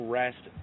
rest